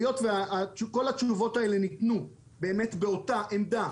היות וכל התשובות האלה ניתנו באמת באותה העמדה